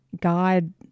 God